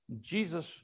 Jesus